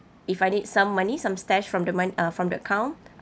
if I need some money some stash from the mon~ uh from the account